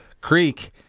creek